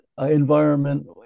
environment